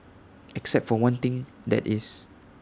except for one thing that is